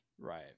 right